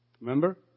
Remember